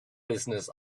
business